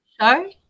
show